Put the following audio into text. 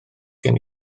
gen